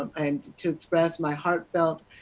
and to express my heartfelt,